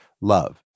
Love